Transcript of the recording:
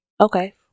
Okay